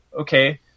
okay